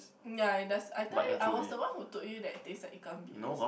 yea it does I tell you I was the one who told you that they sell Ikan-Bilis what